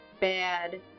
bad